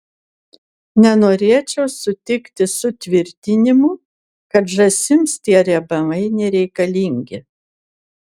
nenorėčiau sutikti su tvirtinimu kad žąsims tie riebalai nereikalingi